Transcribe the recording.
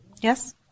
Yes